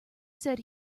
said